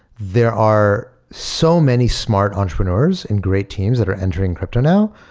there are so many smart entrepreneurs and great teams that are entering crypto now.